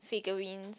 figurines